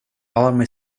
army